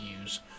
use